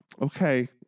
okay